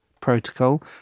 protocol